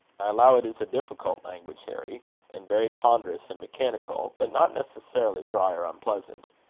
i allow it is a difficult language, harry and very ponderous and mechanical but not necessarily dry or unpleasant.